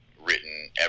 written